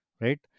right